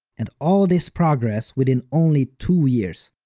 and all this progress within only two years.